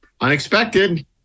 unexpected